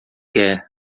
quer